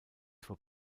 for